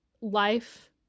life